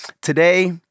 Today